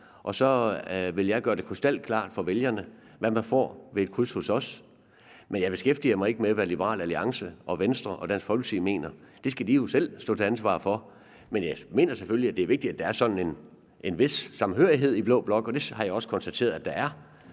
og så vil jeg gøre det krystalklart for vælgerne, hvad de får ved et kryds hos os. Jeg beskæftiger mig ikke med, hvad Liberal Alliance og Venstre og Dansk Folkeparti mener. Det skal de selv stå til ansvar for. Men jeg mener selvfølgelig, at det er vigtigt, at der er sådan en vis samhørighed i den blå blok, og det har jeg også konstateret at der er.